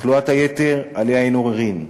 תחלואת היתר, עליה אין עוררין,